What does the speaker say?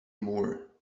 moore